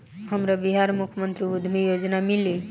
हमरा बिहार मुख्यमंत्री उद्यमी योजना मिली?